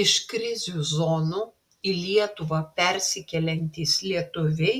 iš krizių zonų į lietuvą persikeliantys lietuviai